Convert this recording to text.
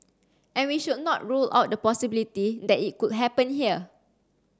and we should not rule out the possibility that it could happen here